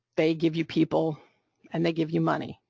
they give you people and they give you money,